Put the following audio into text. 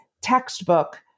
textbook